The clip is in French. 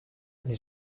les